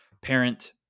parent